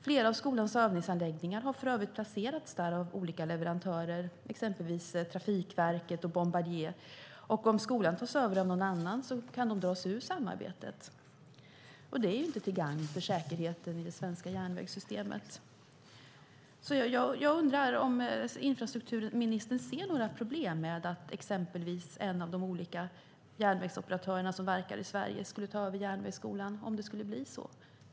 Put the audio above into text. Flera av skolans övningsanläggningar har för övrigt placerats där av olika leverantörer, exempelvis Trafikverket och Bombardier, och om skolan tas över av någon annan kan de dra sig ur samarbetet. Det är inte till gagn för säkerheten i det svenska järnvägssystemet. Jag undrar om infrastrukturministern ser några problem med att exempelvis en av de olika järnvägsoperatörer som verkar i Sverige skulle ta över Järnvägsskolan, om det skulle bli så.